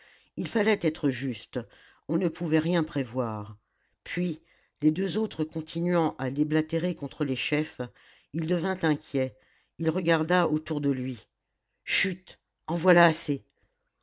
il fallait être juste on ne pouvait rien prévoir puis les deux autres continuant à déblatérer contre les chefs il devint inquiet il regarda autour de lui chut en voilà assez